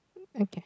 okay